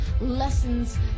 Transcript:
lessons